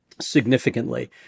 significantly